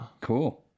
Cool